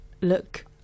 look